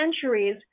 centuries